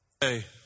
Hey